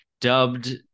dubbed